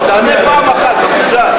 יש 7,000 ישראלים.